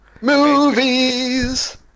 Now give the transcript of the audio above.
Movies